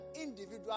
individual